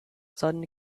sudden